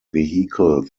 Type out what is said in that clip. vehicle